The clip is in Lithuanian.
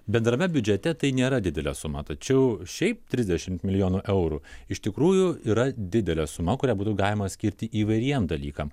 bendrame biudžete tai nėra didelė suma tačiau šiaip trisdešimt miljonų eurų iš tikrųjų yra didelė suma kurią būtų galima skirti įvairiem dalykam